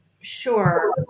Sure